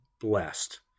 blessed